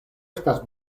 estas